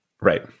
Right